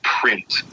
print